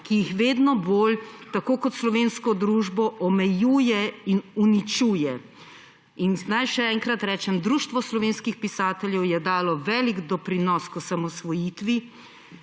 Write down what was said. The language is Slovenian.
ki jih vedno bolj, tako kot slovensko družbo, omejuje in uničuje.« Naj še enkrat rečem, Društvo slovenskih pisateljev je dalo velik doprinos k osamosvojitvi